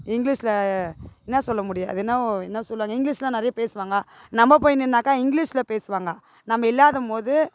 இங்கிலீஷில் என்ன சொல்ல முடியாது என்னவோ என்ன சொல்வாங்க இங்கிலீஷுலாம் நிறைய பேசுவாங்க நம்ம போய் நின்னாக்கா இங்கிலீஷில் பேசுவாங்க நம்ம இல்லாதம்போது